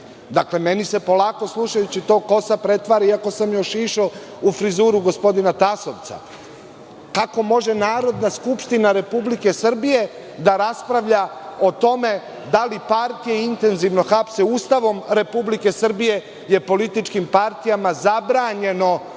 meni se polako, slušajući to, kosa pretvara, iako sam je ošišao, u frizuru gospodina Tasovca. Kako može Narodna skupština Republike Srbije da raspravlja o tome da li partije intenzivno hapse? Ustavom Republike Srbije je političkim partijama zabranjeno